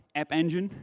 app engine,